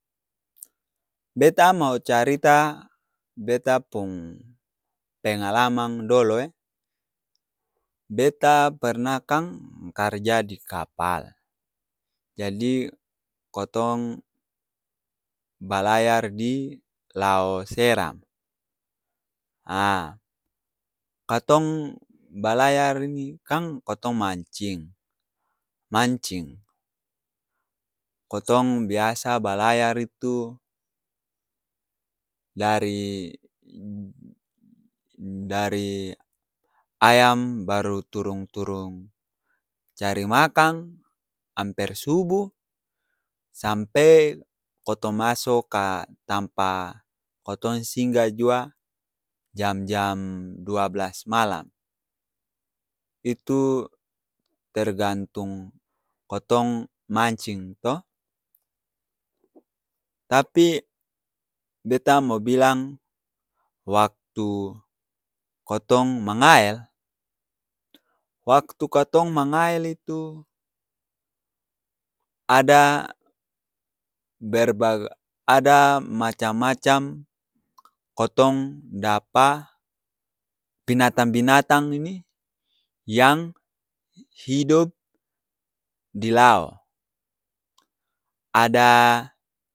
Beta mau carita beta pung pengalamang dolo e. Beta pernah kang karja di kapal, jadi kotong balayar di lao seram. A katong balayar ni kang kotong mancing. Mancing. Kotong biasa balayar itu dari dari ayam baru turung-turung cari makang, amper subuh sampe kotong masu ka tampa kotong singgah jua jamjam dua blas malam. Itu tergantung kotong mancing to. Tapi beta mau bilang waktu kotong mangael, waktu katong mangael itu, ada berbagai ada macam-macam kotong dapa binatang-binatang ini yang hidop di lao. Ada